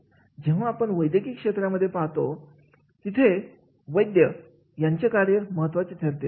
जेव्हा आपण वैद्यकीय क्षेत्रामध्ये पाहतोतिथे वैद्य यांचे कार्य महत्त्वाचे ठरते